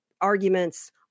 arguments